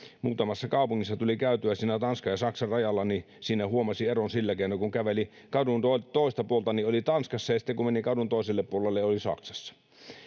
muutamassa kaupungissa tuli käytyä siinä tanskan ja saksan rajalla ja siinä huomasi eron sillä keinoin että kun käveli kadun toista puolta oli tanskassa ja sitten kun meni kadun toiselle puolelle oli saksassa